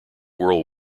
world